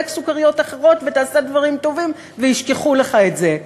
סוכריות אחרות ותעשה דברים טובים וישכחו לך את זה.